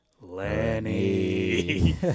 Lenny